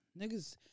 Niggas